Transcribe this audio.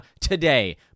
today